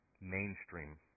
mainstream